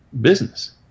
business